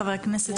חבר הכנסת טור פז.